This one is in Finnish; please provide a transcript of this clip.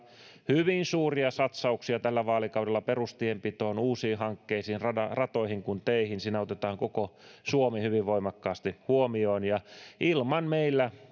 hyvin suuria satsauksia tällä vaalikaudella perustienpitoon uusiin hankkeisiin niin ratoihin kuin teihin siinä otetaan koko suomi hyvin voimakkaasti huomioon ja ilman